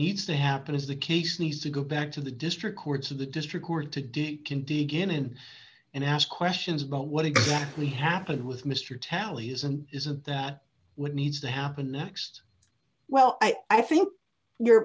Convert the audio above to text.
needs to happen is the case needs to go back to the district courts of the district court to do you can dig in and and ask questions about what exactly happened with mr talley is and isn't that what needs to happen next well i think you're